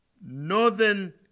northern